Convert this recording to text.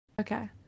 Okay